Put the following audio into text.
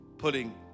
putting